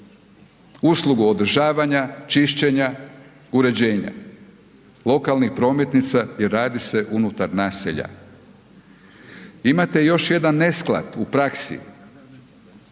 uslugu održavanja, čišćenja, uređenja lokalnih prometnica i radi se unutar naselja. Imate još jedan nesklad u praksi,